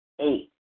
Eight